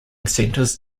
centers